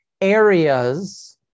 areas